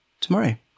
tomorrow